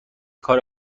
کار